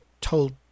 told